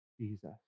Jesus